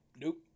Nope